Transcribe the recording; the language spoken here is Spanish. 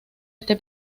este